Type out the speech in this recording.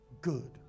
good